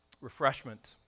refreshment